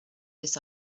this